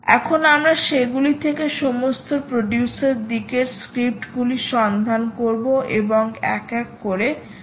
এখন আমরা সেগুলি থেকে সমস্ত প্রডিউসার দিকের স্ক্রিপ্টগুলি সন্ধান করব এবং এক এক করে দেখব